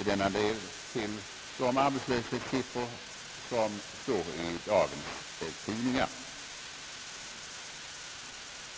i denna del till de arbetslöshetssiffror som står att läsa i dagens tidningar.